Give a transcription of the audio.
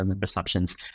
perceptions